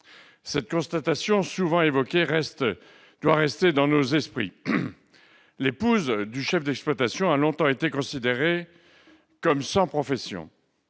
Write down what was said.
Cette constatation souvent évoquée doit rester dans nos esprits. L'épouse du chef d'exploitation a longtemps été considérée comme sans profession.